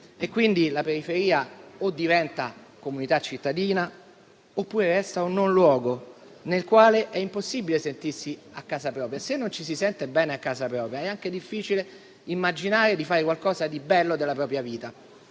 Quindi la periferia o diventa comunità cittadina oppure resta un non luogo, nel quale è impossibile sentirsi a casa propria. E, se non ci si sente bene a casa propria, è anche difficile immaginare di fare qualcosa di bello della propria vita.